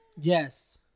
Yes